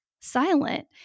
silent